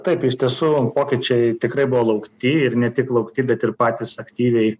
taip iš tiesų pokyčiai tikrai buvo laukti ir ne tik laukti bet ir patys aktyviai